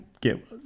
get